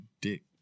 dick